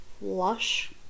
Lush